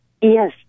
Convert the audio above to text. Yes